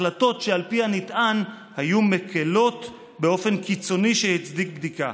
החלטות שעל פי הנטען היו מקילות באופן קיצוני שהצדיק בדיקה.